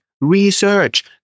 research